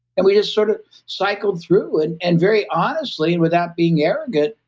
and we just sort of cycled through. and and very honestly, and without being arrogant,